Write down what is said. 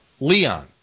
Leon